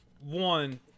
One